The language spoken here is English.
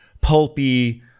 pulpy